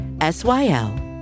S-Y-L